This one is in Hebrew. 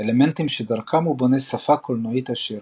אלמנטים שדרכם הוא בונה שפה קולנועית עשירה.